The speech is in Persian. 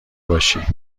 باشی